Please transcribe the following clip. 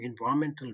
environmental